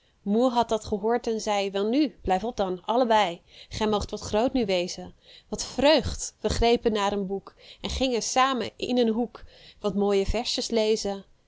moe had dat eens gehoord en zeî welnu blijft op dan allebeî gij moogt wat groot nu wezen wat vreugd we grepen naar een boek en gingen samen in een hoek wat mooie versjes lezen